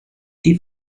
die